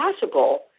possible